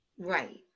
right